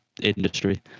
industry